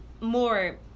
more